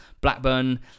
Blackburn